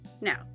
Now